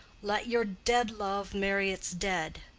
let your dead love marry its dead.